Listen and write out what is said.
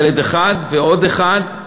ונולד ילד אחד ועוד אחד,